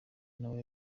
nawe